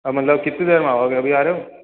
अब मतलब कितनी देर में आओगे अभी आ रहे हो